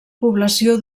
població